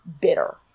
bitter